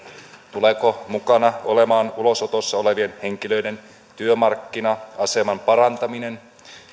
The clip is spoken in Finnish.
tuleeko mukana olemaan ulosotossa olevien henkilöiden työmarkkina aseman parantaminen